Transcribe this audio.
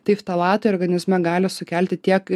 tai ftalatai organizme gali sukelti tiek